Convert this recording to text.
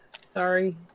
sorry